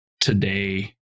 today